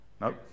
Nope